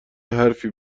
حرفی